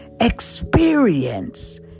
Experience